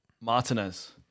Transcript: Martinez